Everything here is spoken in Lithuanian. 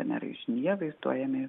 tame raižinyje vaizduojami